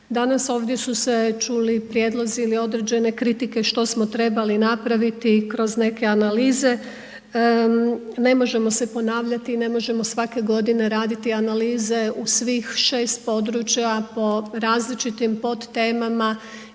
Danas ovdje su se čuli prijedlozi ili određene kritike što smo trebali napraviti kroz neke analize, ne može se ponavljati i ne možemo svake godine raditi analize u svih 6 područja po različitim podtemama